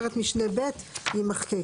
פרט משנה (ב) - יימחק,